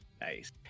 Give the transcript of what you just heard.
Nice